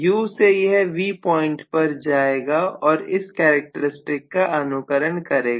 U से यह V point पर जाएगा और इस कैरेक्टर स्टिक का अनुकरण करेगा